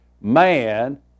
Man